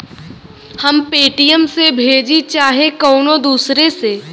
हम पेटीएम से भेजीं चाहे कउनो दूसरे से